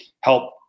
help